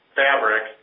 fabric